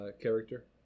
character